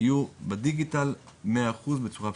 יהיו בדיגיטל מאה אחוז בצורה פשוטה.